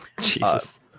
Jesus